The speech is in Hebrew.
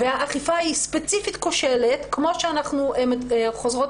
האכיפה היא ספציפית כושלת כמו שאנחנו חוזרות